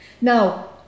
Now